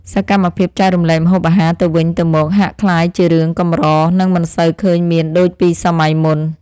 សកម្មភាពចែករំលែកម្ហូបអាហារទៅវិញទៅមកហាក់ក្លាយជារឿងកម្រ និងមិនសូវឃើញមានដូចពីសម័យមុន។